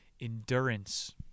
Endurance